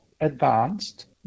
advanced